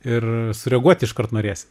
ir sureaguot iškart norėsit